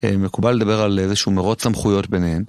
מקובל לדבר על איזשהו מרות סמכויות ביניהן.